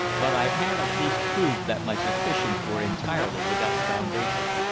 but i had at least proved that my suspicions were entirely without foundation.